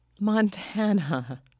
Montana